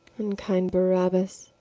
unkind barabas!